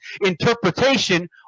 interpretation